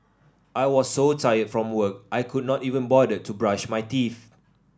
I was so tired from work I could not even bother to brush my teeth